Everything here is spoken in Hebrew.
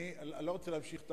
אני לא רוצה להמשיך את